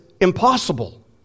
impossible